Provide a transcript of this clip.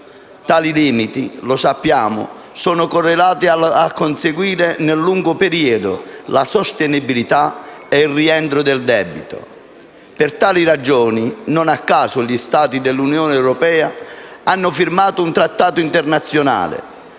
Tali limiti - lo sappiamo - sono correlati a conseguire nel lungo periodo la sostenibilità e il rientro dal debito. Per tali ragioni, non a caso, gli Stati dell'Unione europea hanno firmato un trattato internazionale,